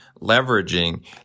leveraging